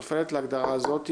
מציגה נופלת להגדרה הזאת,